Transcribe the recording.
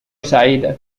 سعيدة